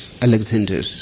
Alexander